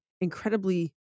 incredibly